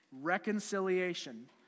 Reconciliation